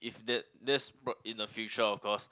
if that that's pro~ in the future of course